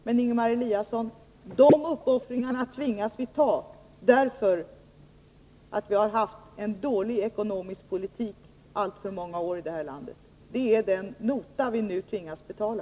Men, Ingemar Eliasson, de uppoffringarna tvingas vi göra därför att vi har haft en dålig ekonomisk politik under alltför många år i det här landet. Det är den nota vi nu tvingas betala.